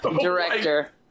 director